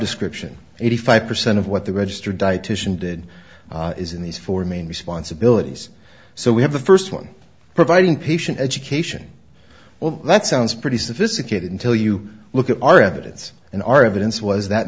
description eighty five percent of what the registered dietitian did is in these four main responsibilities so we have the first one providing patient education well that sounds pretty sophisticated until you look at our evidence and our evidence was that